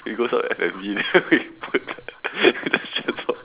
we go some F&B then we put the the just transform